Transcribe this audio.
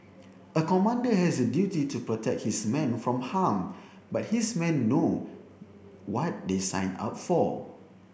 a commander has a duty to protect his men from harm but his men know what they signed up for